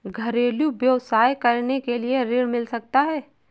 घरेलू व्यवसाय करने के लिए ऋण मिल सकता है?